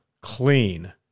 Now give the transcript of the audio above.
clean